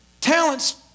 talents